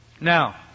now